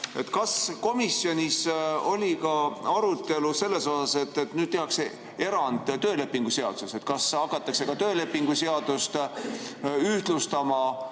Kas komisjonis oli arutelu selle kohta, et nüüd tehakse erand töölepingu seaduses? Kas hakatakse ka töölepingu seadust ühtlustama